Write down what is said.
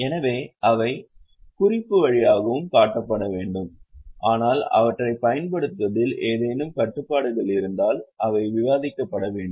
எனவே அவை குறிப்பு வழியாகவும் காட்டப்பட வேண்டும் ஆனால் அவற்றைப் பயன்படுத்துவதில் ஏதேனும் கட்டுப்பாடுகள் இருந்தால் அவை விவாதிக்கப்பட வேண்டும்